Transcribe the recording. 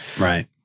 Right